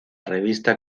revista